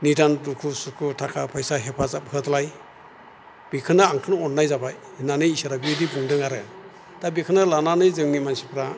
निदान दुखु सुखु थाखा फैसा हेफाजाब होलाय बेखौनो आंखौनो अन्नाय जाबाय होन्नानै इसोरा बिबदि बुंदों आरो दा बेखौनो लानानै जोंनि मानसिफ्रा